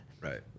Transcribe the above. Right